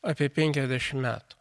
apie penkiasdešimt metų